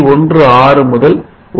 16 முதல் 1